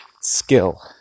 skill